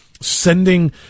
Sending